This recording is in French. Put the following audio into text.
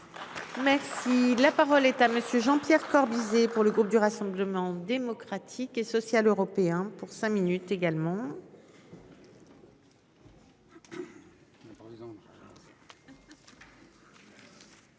si la parole est à monsieur Jean-Pierre Corbisez. Pour le groupe du Rassemblement démocratique et social européen pour cinq minutes également.